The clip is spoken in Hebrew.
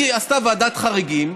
היא עשתה ועדת חריגים,